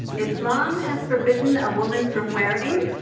islam has forbidden a woman from wearing